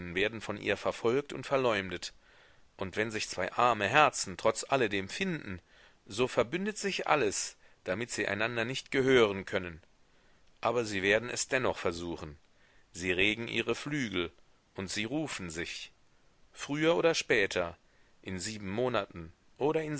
werden von ihr verfolgt und verleumdet und wenn sich zwei arme herzen trotz alledem finden so verbündet sich alles damit sie einander nicht gehören können aber sie werden es dennoch versuchen sie regen ihre flügel und sie rufen sich früher oder später in sieben monaten oder